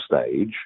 stage